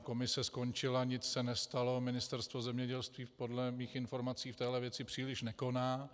Komise skončila, nic se nestalo, Ministerstvo zemědělství podle mých informací v téhle věci příliš nekoná.